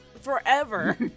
forever